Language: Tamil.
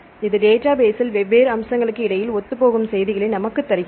இது டேட்டாபேஸ்ஸில் வெவ்வேறு அம்சங்களுக்கு இடையில் ஒத்துப்போகும் செய்திகளை நமக்கு தருகிறது